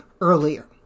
earlier